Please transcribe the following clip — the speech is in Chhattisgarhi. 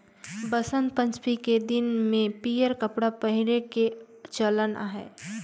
बसंत पंचमी के दिन में पीयंर कपड़ा पहिरे के चलन अहे